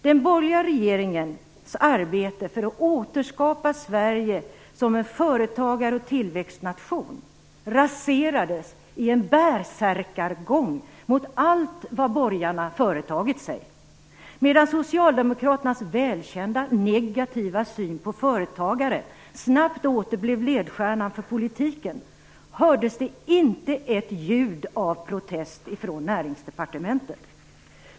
Den borgerliga regeringens arbete för att återskapa Sverige som en företagar och tillväxtnation raserades i en bärsärkagång mot allt vad borgarna företagit sig. Medan Socialdemokraternas välkända negativa syn på företagare snabbt åter blev ledstjärnan för politiken, hördes det inte ett ljud av protest från Näringsdepartementet.